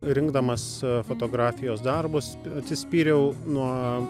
rinkdamas fotografijos darbus atsispyriau nuo